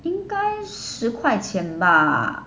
应该十块钱吧